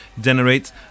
generates